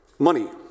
money